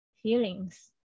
feelings